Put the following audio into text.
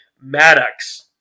Maddox